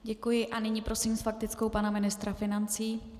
Děkuji a nyní prosím s faktickou pana ministra financí.